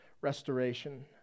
restoration